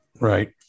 Right